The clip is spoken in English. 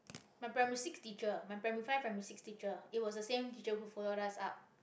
my primary six teacher my primary five primary six teacher it was the same teacher who followed us up